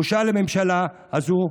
בושה לממשלה הזאת.